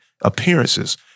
appearances